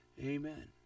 amen